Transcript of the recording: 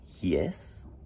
yes